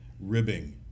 ribbing